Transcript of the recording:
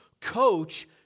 coach